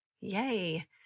Yay